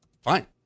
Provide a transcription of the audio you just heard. Fine